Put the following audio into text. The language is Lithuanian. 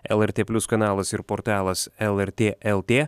lrt plius kanalas ir portalas lrt lt